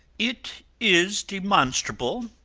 it is demonstrable,